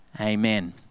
Amen